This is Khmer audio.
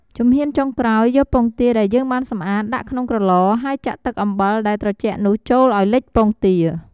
ជំហានចុងក្រោយ យកពងទាដែលយើងបានសម្អាតដាក់ក្នុងក្រឡ ហើយចាក់ទឹកអំបិលដែលត្រជាក់នោះចូលឱ្យលិចពងទា។